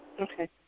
Okay